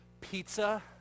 pizza